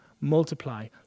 multiply